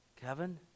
Kevin